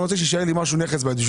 אני רוצה שיישאר לי משהו, נכס ביד.